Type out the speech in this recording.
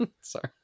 Sorry